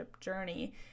journey